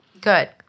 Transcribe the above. Good